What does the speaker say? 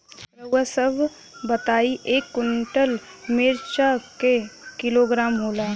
रउआ सभ बताई एक कुन्टल मिर्चा क किलोग्राम होला?